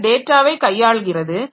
அது டேட்டாவை கையாள்கிறது